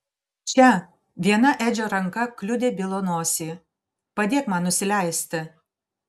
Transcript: čia viena edžio ranka kliudė bilo nosį padėk man nusileisti